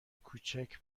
کوچک